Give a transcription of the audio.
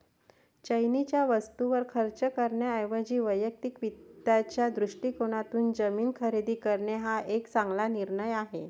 चैनीच्या वस्तूंवर खर्च करण्याऐवजी वैयक्तिक वित्ताच्या दृष्टिकोनातून जमीन खरेदी करणे हा एक चांगला निर्णय आहे